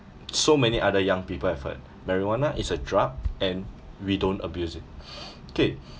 so many other young people have heard marijuana is a drug and we don't abuse it okay